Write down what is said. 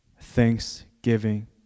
Thanksgiving